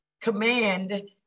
command